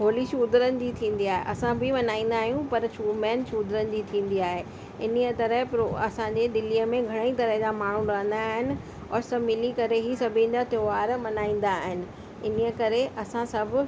होली शूधरनि जी थींदी आहे असां बि मल्हाईंदा आहियूं पर शू मेन शूधरनि जी थींदी आहे इन्हीअ तरह प्रो असांजी दिल्लीअ घणेई तरह जा माण्हू रहंदा आहिनि और सभु मिली करे ई सभिनि जा त्योहारु मल्हाईंदा आहिनि इन्हीअ करे असां सभु